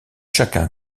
chacun